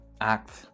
Act